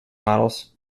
models